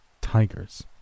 tigers